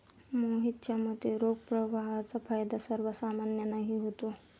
मोहितच्या मते, रोख प्रवाहाचा फायदा सर्वसामान्यांनाही होतो